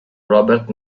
robert